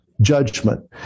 judgment